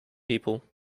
people